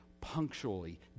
punctually